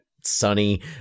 sunny